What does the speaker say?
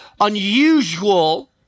unusual